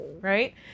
right